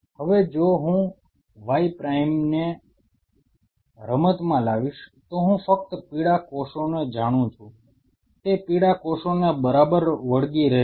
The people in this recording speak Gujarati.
હવે જો હું Y પ્રાઇમને રમતમાં લાવીશ તો હું ફક્ત પીળા કોષોને જાણું છું તે પીળા કોષોને બરાબર વળગી રહેશે